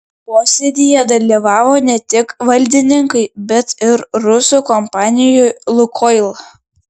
posėdyje dalyvavo ne tik valdininkai bet ir rusų kompanijų lukoil